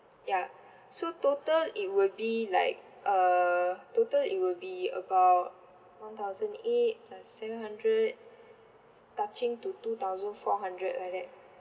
ya so total it would be like uh total it would be about one thousand eight plus seven hundred touching to two thousand four hundred like that